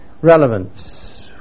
relevance